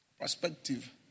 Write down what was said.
Perspective